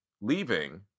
leaving